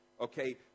Okay